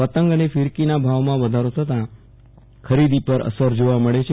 પતંગ અને ફીરકીના ભાવમાં વધારો થતાં ખરીદી પર અસર જોવા મળે છે